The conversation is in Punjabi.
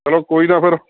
ਚਲੋ ਕੋਈ ਨਾ ਫਿਰ